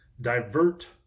divert